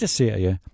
serie